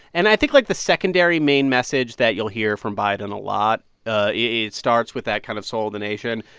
and i think, like, the secondary main message that you'll hear from biden a lot ah it starts with that kind of soul of the nation.